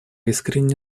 искренне